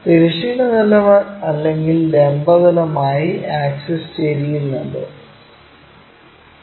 തിരശ്ചീന തലം അല്ലെങ്കിൽ ലംബ തലം ആയി ആക്സിസ് ചെരിയ്യുന്നുണ്ടോ